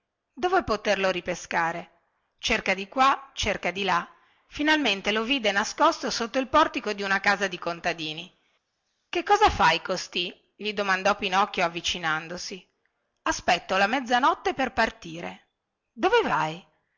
dove poterlo ripescare cerca di qua cerca di là finalmente lo vide nascosto sotto il portico di una casa di contadini che cosa fai costì gli domandò pinocchio avvicinandosi aspetto la mezzanotte per partire dove vai